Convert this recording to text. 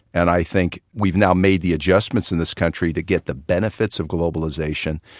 and i think we've now made the adjustments in this country to get the benefits of globalization.